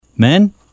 Men